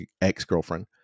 ex-girlfriend